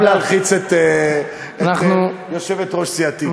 סתם להלחיץ את יושבת-ראש סיעתי.